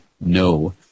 no